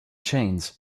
chains